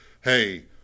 Hey